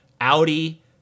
Audi